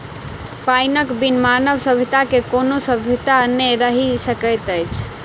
पाइनक बिन मानव सभ्यता के कोनो सभ्यता नै रहि सकैत अछि